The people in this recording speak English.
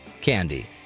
candy